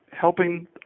helping